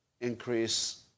increase